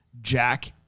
Jack